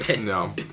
No